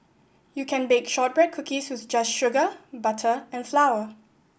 you can bake shortbread cookies with just sugar butter and flour